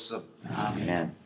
Amen